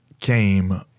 came